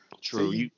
True